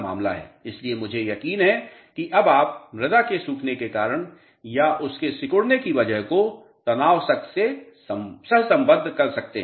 इसलिए मुझे यकीन है कि अब आप मृदा के सूखने के कारण या उसके सिकुड़ने की वजह को तनाव सख्त से सहसम्बद्ध कर सकते हैं